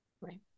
Right